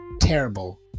terrible